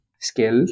skill